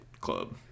club